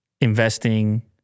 investing